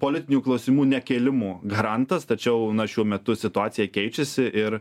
politinių klausimų nekėlimo garantas tačiau na šiuo metu situacija keičiasi ir